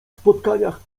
spotkaniach